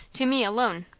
to me alone.